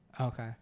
okay